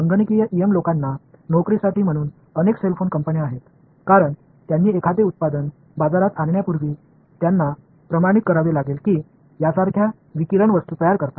संगणकीय ईएम लोकांना नोकरीसाठी म्हणून अनेक सेल फोन कंपन्या आहेत कारण त्यांनी एखादे उत्पादन बाजारात आणण्यापूर्वी त्यांना प्रमाणित करावे लागेल की यासारख्या विकिरण वस्तू तयार करतात